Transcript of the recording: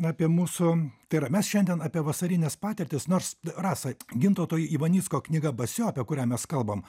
apie mūsų tai yra mes šiandien apie vasarines patirtis nors rasa gintauto ivanicko knyga basio apie kurią mes kalbam